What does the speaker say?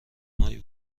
هایی